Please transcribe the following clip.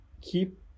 keep